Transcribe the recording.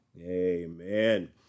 Amen